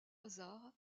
hasard